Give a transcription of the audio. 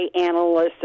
analysts